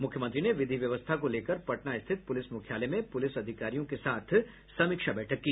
मुख्यमंत्री ने विधि व्यवस्था को लेकर पटना स्थित पुलिस मुख्यालय में पुलिस अधिकारियों के साथ समीक्षा बैठक की